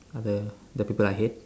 all the the people I hate